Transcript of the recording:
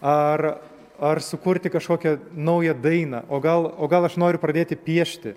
ar ar sukurti kažkokią naują dainą o gal o gal aš noriu pradėti piešti